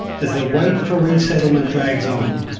as the wait for resettlement drags on,